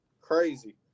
crazy